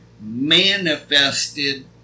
manifested